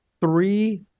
three